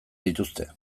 dituzte